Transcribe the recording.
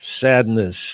sadness